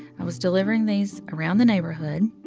i was delivering these around the neighborhood.